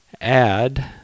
add